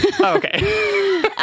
Okay